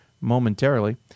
momentarily